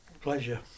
pleasure